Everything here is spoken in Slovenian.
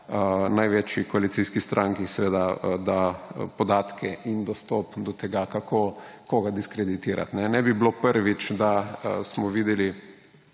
največji koalicijski stranki da podatke in dostop do tega, kako koga diskreditirati. Ne bi bilo prvič, da smo videli